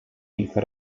kilka